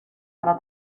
para